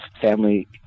family